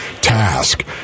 task